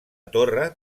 torre